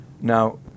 Now